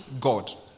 God